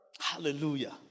Hallelujah